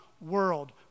world